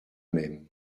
même